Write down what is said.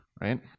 right